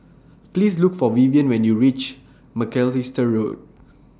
Please Look For Vivian when YOU REACH Macalister Road